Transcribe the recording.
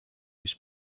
his